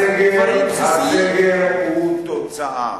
הסגר הוא תוצאה